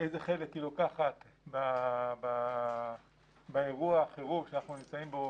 איזה חלק היא לוקחת באירוע החירום שאנחנו נמצאים בו